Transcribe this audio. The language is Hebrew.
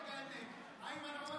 אתם התנגדתם, איימן עודה הצביע נגד.